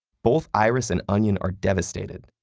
both iris and onion are devastated.